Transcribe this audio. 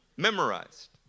memorized